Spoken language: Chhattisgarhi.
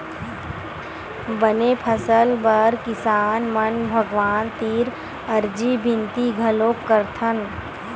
बने फसल बर किसान मन भगवान तीर अरजी बिनती घलोक करथन